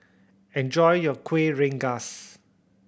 enjoy your Kueh Rengas